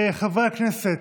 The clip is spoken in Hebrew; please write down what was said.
חברי הכנסת,